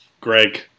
Greg